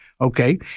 okay